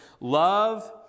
love